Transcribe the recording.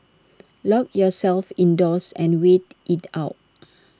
lock yourselves indoors and wait IT out